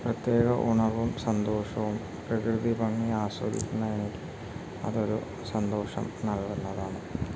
പ്രത്യേക ഉണർവും സന്തോഷവും പ്രകൃതിഭംഗി ആസ്വദിക്കുന്ന എനിക്ക് അതൊരു സന്തോഷം നൽകുന്നതാണ്